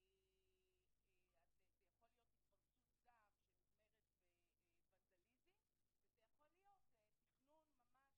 זה יכול להיות התפרצות זעם שנגמרת בוונדליזם ויכול להיות תכנון ממש,